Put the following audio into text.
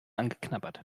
angeknabbert